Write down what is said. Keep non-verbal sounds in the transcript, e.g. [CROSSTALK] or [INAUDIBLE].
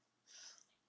[BREATH]